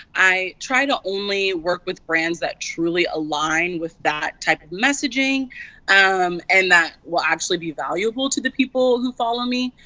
i try to only work with brands that truly align with that type of messaging um and that will actually be valuable to the people who follow me,